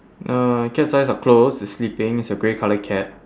uh cat's eyes are closed it's sleeping it's a grey colour cat